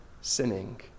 sinning